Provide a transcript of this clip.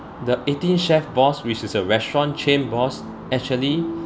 the eighteen chef boss which is a restaurant chain boss actually